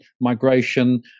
migration